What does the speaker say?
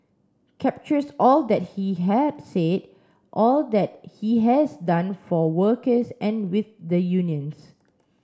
captures all that he had said all that he has done for workers and with the unions